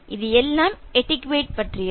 அது எல்லாம் எட்டிக்யுட்டே பற்றியது